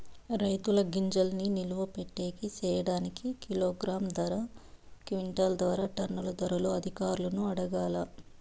రైతుల గింజల్ని నిలువ పెట్టేకి సేయడానికి కిలోగ్రామ్ ధర, క్వింటాలు ధర, టన్నుల ధరలు అధికారులను అడగాలా?